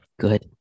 Good